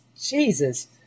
Jesus